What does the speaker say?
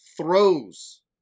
throws